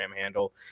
handle